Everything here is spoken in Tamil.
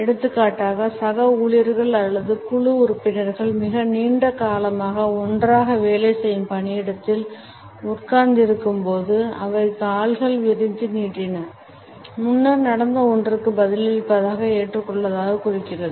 எடுத்துக்காட்டாக சக ஊழியர்கள் அல்லது குழு உறுப்பினர்கள் மிக நீண்ட காலமாக ஒன்றாக வேலை செய்யும் பணியிடத்தில் உட்கார்ந்திருக்கும்போது அவை கால்களை விரித்து நீட்டின முன்னர் நடந்த ஒன்றுக்கு பதிலளிப்பதாக ஏற்றுக்கொள்ளாததைக் குறிக்கிறது